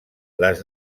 les